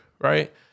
right